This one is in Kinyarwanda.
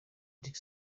dick